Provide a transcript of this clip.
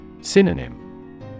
Synonym